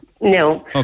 no